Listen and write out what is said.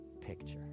picture